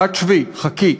"את שבי, חכי",